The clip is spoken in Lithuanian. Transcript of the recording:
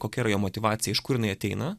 kokia yra jo motyvacija iš kur jinai ateina